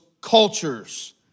cultures